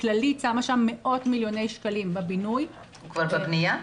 כללית שמה שם מאות מיליוני שקלים בבינוי --- הוא כבר בבנייה?